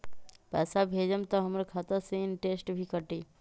पैसा भेजम त हमर खाता से इनटेशट भी कटी?